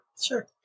Sure